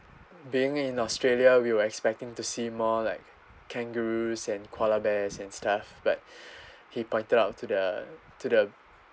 being in australia we were expecting to see more like kangaroos and koala bears and stuff but he pointed out to the to the